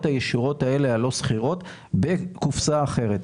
הישירות האלה הלא סחירות בקופסה אחרת.